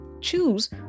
choose